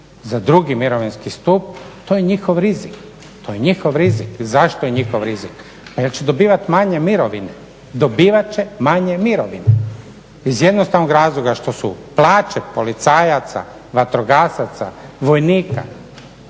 za drugi mirovinski stup to je njihov rizik. To je njihov rizik? Zašto je njihov rizika? Pa jer će dobivati manje mirovine. Dobivati će manje mirovine. Iz jednostavnog razloga što su plaće policajaca, vatrogasaca, vojnika